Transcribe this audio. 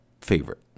favorite